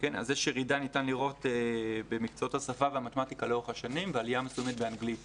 ניתן לראות ירידה במקצועות השפה לאורך השנים ועלייה מסוימת באנגלית